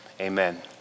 amen